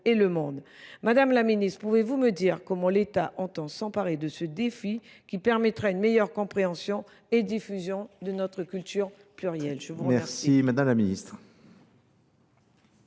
Madame la Ministre, pouvez-vous me dire comment l'État entend s'emparer de ce défi qui permettra une meilleure compréhension et diffusion de notre culture plurielle ?